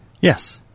Yes